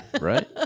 right